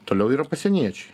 toliau yra pasieniečiai